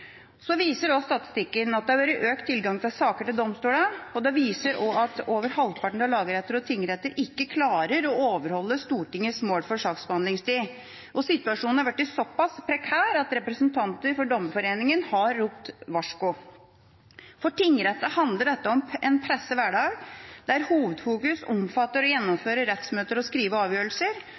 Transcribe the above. Statistikken viser også at det har vært økt tilgang på saker til domstolene, og den viser at over halvparten av lagretter og tingretter ikke klarer å overholde Stortingets mål for saksbehandlingstid. Situasjonen har blitt såpass prekær at representanter for Dommerforeningen har ropt varsko. For tingrettene handler dette om en presset hverdag der hovedfokus omfatter å gjennomføre rettsmøter og skrive avgjørelser.